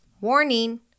warning